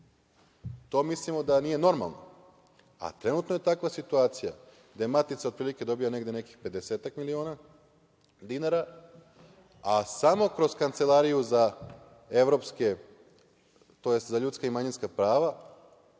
to mislimo da nije normalno. Trenutno je takva situacija da Matica otprilike dobija negde nekih pedesetak miliona dinara, a samo kroz Kancelariju za ljudska i manjinska prava